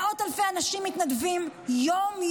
מאות אלפי אנשים מתנדבים יום-יום,